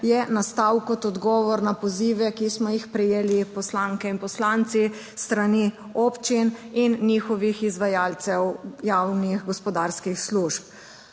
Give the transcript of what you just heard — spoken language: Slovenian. je nastal kot odgovor na pozive, ki smo jih prejeli poslanke in poslanci s strani občin in njihovih izvajalcev javnih gospodarskih služb.